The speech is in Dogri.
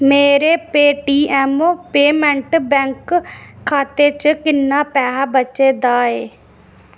मेरे पेटीएम पेमैंट्स बैंक खाते च किन्ना पैसा बचे दा ऐ